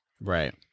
Right